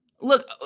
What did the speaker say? look